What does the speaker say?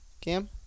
Cam